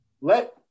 let